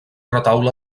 retaule